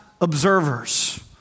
observers